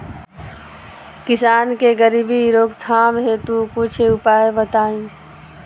किसान के गरीबी रोकथाम हेतु कुछ उपाय बताई?